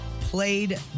played